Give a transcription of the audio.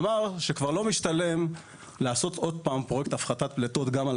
אמר שכבר לא משתלם לעשות עוד עם פרויקט הפחתת פליטות גם על